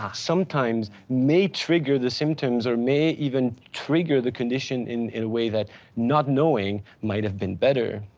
ah sometimes may trigger the symptoms, or may even trigger the condition in in a way that not knowing might have been better.